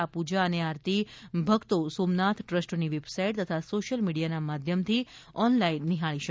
આ પૂજા અને આરતી ભક્તો સોમનાથ ટ્રસ્ટની વેબસાઈટ તથા સોશ્યલ મીડિયા માધ્યમથી ઓનલાઈન નિહાળી શકશે